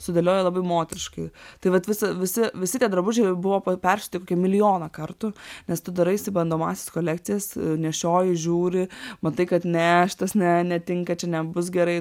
sudėlioja labai moteriškai tai vat visi visi visi tie drabužiai ir buvo persiūti kokį milijoną kartų nes tu daraisi bandomąsias kolekcijas nešioji žiūri matai kad ne šitas ne netinka čia nebus gerai